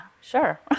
sure